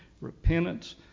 repentance